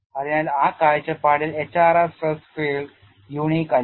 അതിനാൽ ആ കാഴ്ചപ്പാടിൽ HRR സ്ട്രെസ് ഫീൽഡ് unique അല്ല